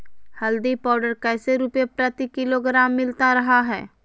हल्दी पाउडर कैसे रुपए प्रति किलोग्राम मिलता रहा है?